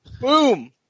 Boom